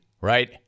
right